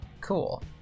cool